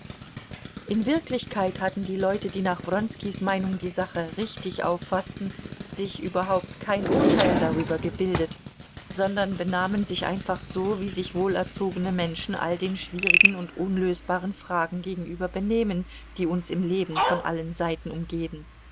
in wirklichkeit hatten die leute die nach wronskis meinung die sache richtig auffaßten sich überhaupt kein urteil darüber gebildet sondern benahmen sich einfach so wie sich wohlerzogene menschen all den schwierigen und unlösbaren fragen gegenüber benehmen die uns im leben von allen seiten umgeben